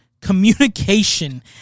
communication